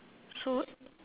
so